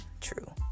true